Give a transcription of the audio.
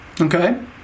Okay